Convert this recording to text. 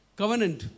covenant